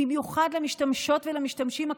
במיוחד למשתמשות ולמשתמשים ה"כבדים"